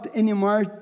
anymore